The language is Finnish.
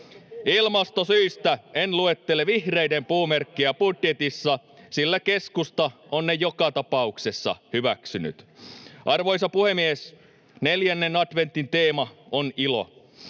Ilmastosyistä en luettele vihreiden puumerkkiä budjetissa, sillä keskusta on ne joka tapauksessa hyväksynyt. Arvoisa puhemies! Neljännen adventin teema on ilo.